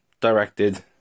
directed